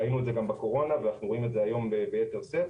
ראינו את זה גם בקורונה ואנחנו רואים את זה היום ביתר שאת.